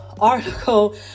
article